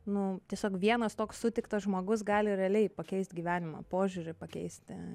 nu tiesiog vienas toks sutiktas žmogus gali realiai pakeist gyvenimą požiūrį pakeisti